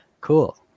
cool